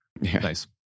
Nice